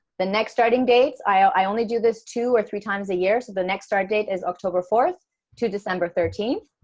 the next starting dates i ah i only do this two or three times a year so the next start date is october fourth to december thirteenth